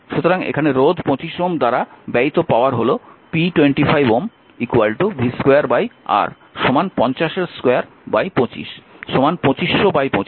সুতরাং এখানে রোধ 25 Ω দ্বারা ব্যয়িত পাওয়ার হল p25Ω v2R 225 2500 25 100 ওয়াট